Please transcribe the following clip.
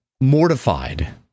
mortified